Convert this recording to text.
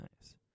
nice